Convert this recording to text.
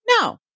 No